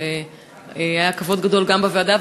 זה היה כבוד גדול גם בוועדה,